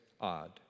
odd